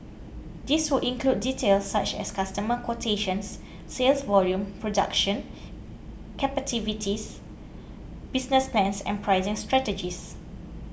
this would include details such as customer quotations sales volumes production business plans and pricing strategies